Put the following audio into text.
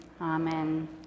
amen